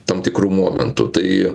tam tikru momentu tai